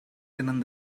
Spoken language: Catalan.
tenen